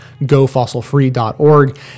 gofossilfree.org